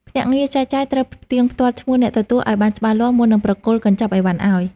ភ្នាក់ងារចែកចាយត្រូវផ្ទៀងផ្ទាត់ឈ្មោះអ្នកទទួលឱ្យបានច្បាស់លាស់មុននឹងប្រគល់កញ្ចប់អីវ៉ាន់ឱ្យ។